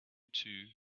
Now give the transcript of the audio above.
two